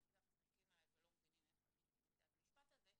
אתם בטח מסתכלים עליי ולא מבינים מאיפה אני מוציאה את המשפט הזה,